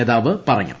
നേതാവ് പറഞ്ഞു